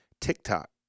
TikTok